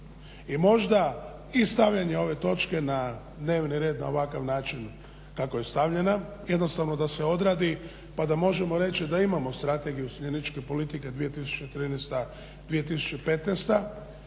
i možda i stavljanje ove točke na dnevni red na ovakav način kako je stavljena jednostavno da se odradi pa da možemo reći da imamo strategiju useljeničke politike 2013.-2015.